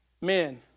Men